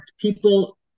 people